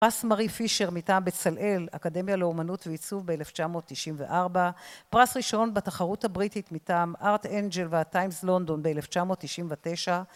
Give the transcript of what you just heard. פרס מרי פישר מטעם בצלאל, אקדמיה לאומנות ועיצוב ב-1994. פרס ראשון בתחרות הבריטית מטעם ארט אנג'ל והטיימס לונדון ב-1999.